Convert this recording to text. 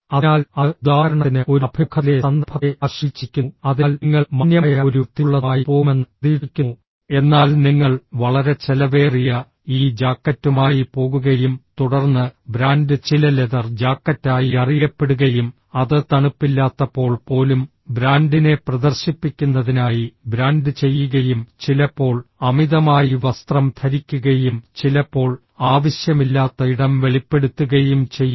അതിനാൽ അത് ഉദാഹരണത്തിന് ഒരു അഭിമുഖത്തിലെ സന്ദർഭത്തെ ആശ്രയിച്ചിരിക്കുന്നു അതിനാൽ നിങ്ങൾ മാന്യമായ ഒരു വൃത്തിയുള്ളതുമായി പോകുമെന്ന് പ്രതീക്ഷിക്കുന്നു എന്നാൽ നിങ്ങൾ വളരെ ചെലവേറിയ ഈ ജാക്കറ്റുമായി പോകുകയും തുടർന്ന് ബ്രാൻഡ് ചില ലെതർ ജാക്കറ്റായി അറിയപ്പെടുകയും അത് തണുപ്പില്ലാത്തപ്പോൾ പോലും ബ്രാൻഡിനെ പ്രദർശിപ്പിക്കുന്നതിനായി ബ്രാൻഡ് ചെയ്യുകയും ചിലപ്പോൾ അമിതമായി വസ്ത്രം ധരിക്കുകയും ചിലപ്പോൾ ആവശ്യമില്ലാത്ത ഇടം വെളിപ്പെടുത്തുകയും ചെയ്യുന്നു